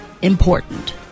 Important